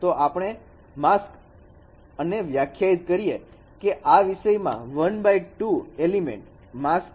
તો આપણે માસ્ક અને વ્યાખ્યાયિત કરીએ કે આ વિષયમાં 1 x 2 એલિમેન્ટ માસ્ક છે